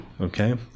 Okay